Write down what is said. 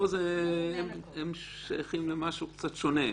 פה הם שייכים למשהו קצת שונה.